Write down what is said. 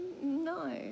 No